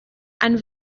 and